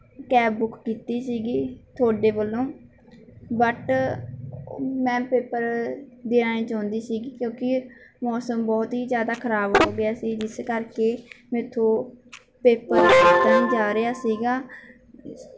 cab book ਕੀਤੀ ਸੀਗੀ ਤੁਹਾਡੇ ਵੱਲੋਂ ਬਟ ਮੈਂ ਪੇਪਰ ਦੇਣਾ ਨਹੀਂ ਚਾਹੁੰਦੀ ਸੀਗੀ ਕਿਉਂਕਿ ਮੌਸਮ ਬਹੁਤ ਹੀ ਜ਼ਿਆਦਾ ਖਰਾਬ ਹੋ ਗਿਆ ਸੀ ਜਿਸ ਕਰਕੇ ਮੇਰੇ ਤੋਂ ਪੇਪਰ ਜਾ ਰਿਹਾ ਸੀਗਾ